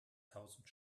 tausend